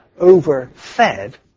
overfed